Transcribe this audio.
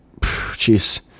jeez